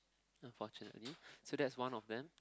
unfortunately so that's one of them